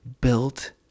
built